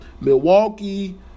milwaukee